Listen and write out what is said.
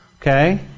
Okay